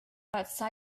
without